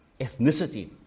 ethnicity